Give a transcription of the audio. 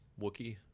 Wookie